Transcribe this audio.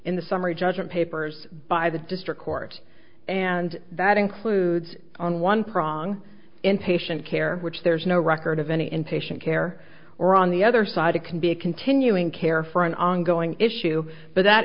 in the summary judgment papers by the district court and that includes on one prong in patient care which there's no record of any in patient care or on the other side it can be a continuing care for an ongoing issue but that